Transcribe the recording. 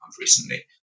recently